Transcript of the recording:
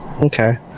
Okay